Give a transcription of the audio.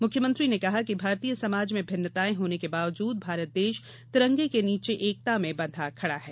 मुख्यमंत्री ने कहा कि भारतीय समाज में भिन्नताएँ होने के बावजूद भारत देश तिरंगे के नीचे एकता में बंधा खड़ा है